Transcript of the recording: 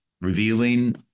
revealing